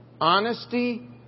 honesty